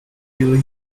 really